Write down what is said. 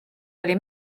oli